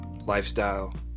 lifestyle